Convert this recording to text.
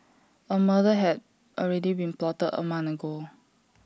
A murder had already been plotted A month ago